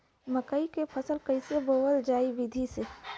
मकई क फसल कईसे बोवल जाई विधि से?